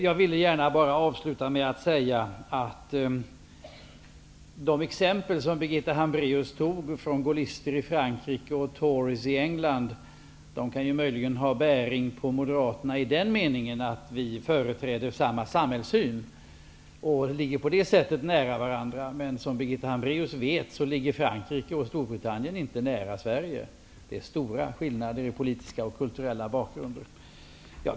Jag vill gärna avsluta med att säga, att de exempel som Birgitta Hambraeus tog upp om gaullister i Frankrike och tories i England möjligen kan ha bäring på Moderaterna i den meningen att vi företräder samma samhällssyn och på det sättet ligger nära varandra. Men som Birgitta Hambraeus vet ligger Frankrike och Storbritannien inte nära Sverige. Det är stora skillnader i politiska och kulturella bakgrunder.